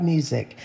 Music